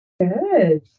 Good